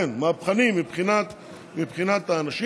כן, מהפכני מבחינת האנשים.